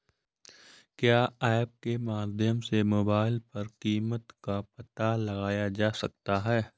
क्या ऐप के माध्यम से मोबाइल पर कीमत का पता लगाया जा सकता है?